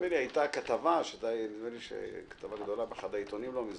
נדמה לי שהייתה כתבה גדולה באחד העיתונים לא מזמן.